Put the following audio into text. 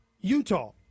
Utah